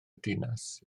dinas